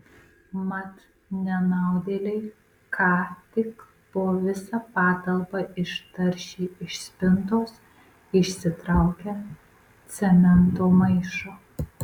mat nenaudėliai ką tik po visą patalpą ištaršė iš spintos išsitraukę cemento maišą